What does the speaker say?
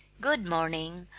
good-morning!